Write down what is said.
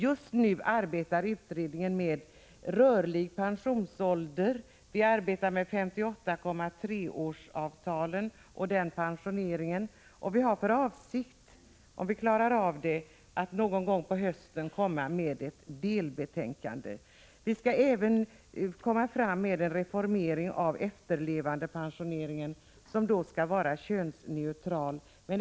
Just nu arbetar utredningen med frågan om rörlig pensionsålder och med pensionering enligt 58,3-årsavtalet. Vi har för avsikt att, om vi klarar av det, någon gång på hösten komma med ett delbetänkande. Vi skall även komma med förslag till en reformering av efterlevandepensioneringen, som då skall vara könsneutral.